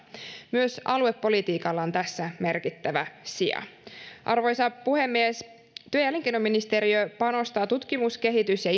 myös aluepolitiikalla on tässä merkittävä sija arvoisa puhemies työ ja elinkeinoministeriö panostaa tutkimus kehitys ja